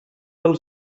del